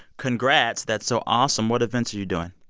congrats. that's so awesome. what events are you doing?